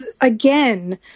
again